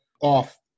off